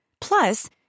Plus